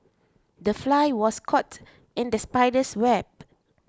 the fly was caught in the spider's web